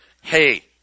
Hey